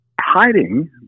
hiding